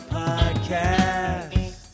podcast